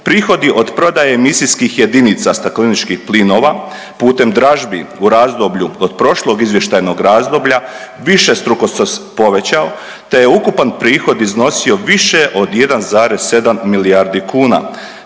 Prihodi od prodaje emisijskih jedinica stakleničkih plinova putem dražbi u razdoblju od prošlog izvještajnog razdoblja višestruko se povećao, te je ukupan prihod iznosio više od 1,7 milijardi kuna.